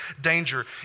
danger